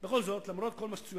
פרסומו של החוק